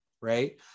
right